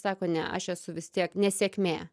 sako ne aš esu vis tiek nesėkmė